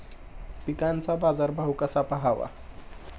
पिकांचा बाजार भाव कसा पहावा?